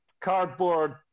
cardboard